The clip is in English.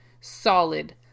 solid